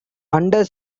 under